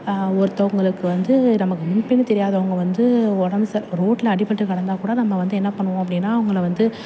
ஒருத்தவங்களுக்கு வந்து நமக்கு முன்பின் தெரியாதவங்க வந்து உடம் ச ரோட்டில் அடிபட்டு கிடந்தா கூட நம்ம வந்து என்ன பண்ணுவோம் அப்படின்னா அவங்கள வந்து